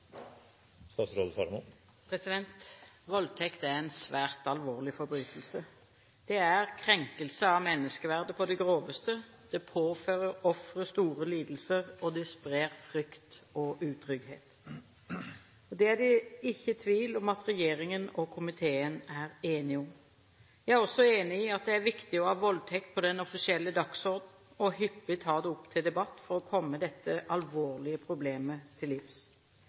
en svært alvorlig forbrytelse. Det er krenkelse av menneskeverdet på det groveste, det påfører offeret store lidelser, og det sprer frykt og utrygghet. Det er det ikke tvil om at regjeringen og komiteen er enige om. Jeg er også enig i at det er viktig å ha voldtekt på den offisielle dagsordenen, og hyppig ta det opp til debatt for å komme dette alvorlige problemet til livs.